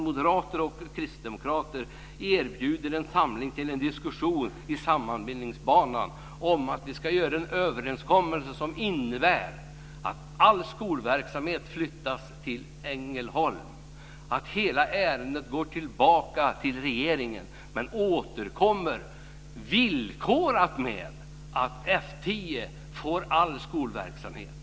Moderater och kristdemokrater erbjuder en samling för diskussion i sammanbindningsbanan om att vi ska göra en överenskommelse som innebär att all skolverksamhet flyttas till Ängelholm och att hela ärendet går tillbaka till regeringen men återkommer villkorat med att F 10 får all skolverksamhet.